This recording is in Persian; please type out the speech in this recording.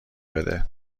بده